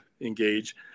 engage